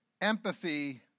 Empathy